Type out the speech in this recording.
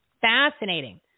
Fascinating